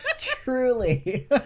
truly